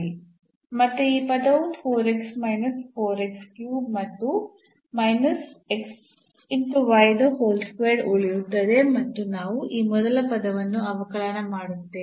ಮತ್ತೆ ಈ ಪದವು ಮತ್ತು ಉಳಿಯುತ್ತದೆ ಮತ್ತು ನಾವು ಈ ಮೊದಲ ಪದವನ್ನು ಅವಕಲನ ಮಾಡುತ್ತೇವೆ